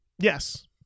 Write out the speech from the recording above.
Yes